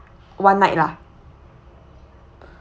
one night lah